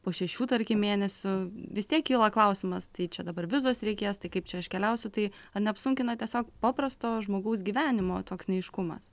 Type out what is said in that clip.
po šešių tarkim mėnesių vis tiek kyla klausimas tai čia dabar vizos reikės tai kaip čia aš keliausiu tai ar neapsunkina tiesiog paprasto žmogaus gyvenimo toks neaiškumas